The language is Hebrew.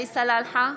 עלי סלאלחה,